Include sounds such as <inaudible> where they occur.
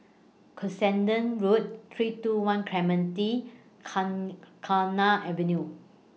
Cuscaden Road three two one Clementi <unintelligible> Avenue